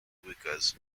workers